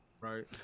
Right